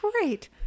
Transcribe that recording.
great